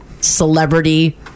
celebrity